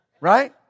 Right